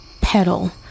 pedal